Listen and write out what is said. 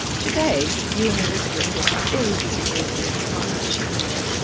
today, you and elizabeth were very busy working in the collage area.